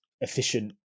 efficient